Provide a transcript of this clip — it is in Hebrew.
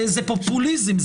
זה פופוליזם.